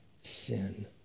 sin